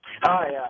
Hi